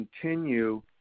continue